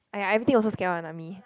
!aiya! everything also scared one lah me